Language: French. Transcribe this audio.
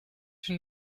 une